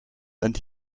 and